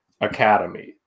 academy